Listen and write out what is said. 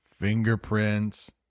fingerprints